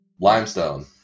limestone